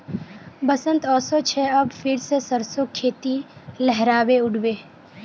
बसंत ओशो छे अब फिर से सरसो खेती लहराबे उठ बे